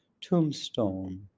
tombstone